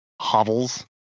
hovels